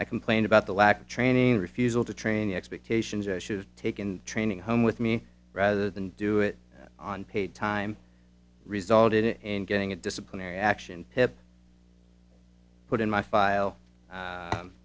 i complained about the lack of training refusal to train expectations i should have taken training home with me rather than do it on paid time resulted in and getting a disciplinary action have put in my file